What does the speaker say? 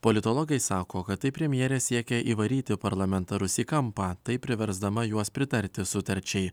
politologai sako kad taip premjerė siekia įvaryti parlamentarus į kampą taip priversdama juos pritarti sutarčiai